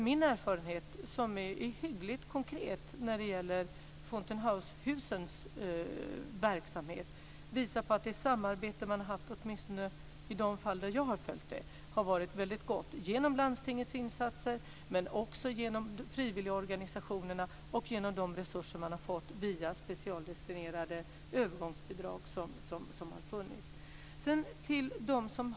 Min erfarenhet, som är hyggligt konkret när det gäller Fountain House-verksamheten, visar att det samarbete som man har haft åtminstone i de fall som jag har följt har varit väldigt gott genom Landstingets insatser men också genom frivilligorganisationerna och genom de resurser som man har fått via specialdestinerade övergångsbidrag som har funnits.